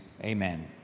amen